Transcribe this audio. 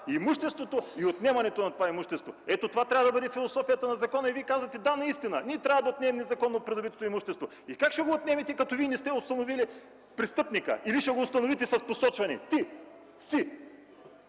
имуществото и отнемането на това имущество! Ето, това трябва да бъде философията на закона. Вие казвате: „Да, наистина трябва да отнемем незаконно придобитото имущество”. Как ще го отнемете, като не сте установили престъпника или ще го установите с посочване: ти си?!